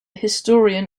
historian